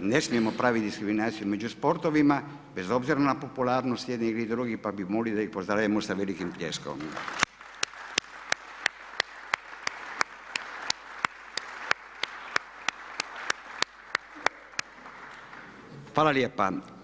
ne smijemo praviti diskriminaciju među sportovima, bez obzira na popularnost jednih ili drugih, pa bih molio da ih pozdravimo sa velikim pljeskom. Hvala lijepa.